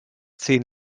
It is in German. zehn